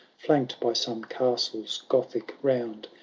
flanked by some castle s gothic round.